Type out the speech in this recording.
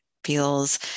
feels